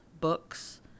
books